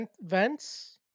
vents